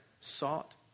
sought